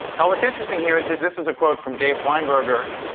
now what's interesting here is that this is a quote from dave weinberger,